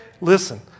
listen